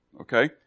Okay